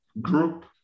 group